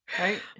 right